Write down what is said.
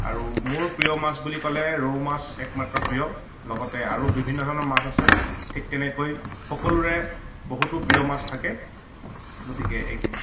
আৰু মোৰ প্ৰিয় মাছ বুলি ক'লে ৰৌ মাছ একমাত্ৰ প্ৰিয় লগতে আৰু বিভিন্ন ধৰণৰ মাছ আছে ঠিক তেনেকৈ সকলোৰে বহুতো প্ৰিয় মাছ থাকে গতিকে এইখিনি